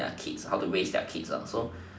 their kids how to raise their kids up so